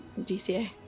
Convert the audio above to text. DCA